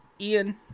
Ian